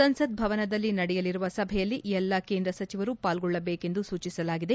ಸಂಸತ್ ಭವನದಲ್ಲಿ ನಡೆಯಲಿರುವ ಸಭೆಯಲ್ಲಿ ಎಲ್ಲ ಕೇಂದ್ರ ಸಚಿವರು ಪಾಲ್ಗೊಳ್ಳಬೇಕೆಂದು ಸೂಚಿಸಲಾಗಿದೆ